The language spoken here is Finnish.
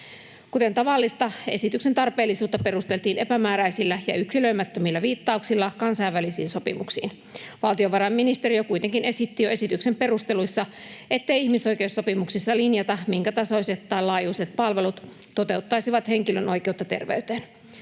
Kuten tavallista, esityksen tarpeellisuutta perusteltiin epämääräisillä ja yksilöimättömillä viittauksilla kansainvälisiin sopimuksiin. Valtiovarainministeriö kuitenkin esitti jo esityksen perusteluissa, ettei ihmisoikeussopimuksissa linjata, minkä tasoiset tai laajuiset palvelut toteuttaisivat henkilön oikeutta terveyteen.